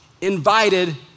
invited